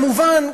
כמובן,